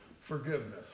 forgiveness